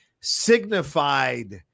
signified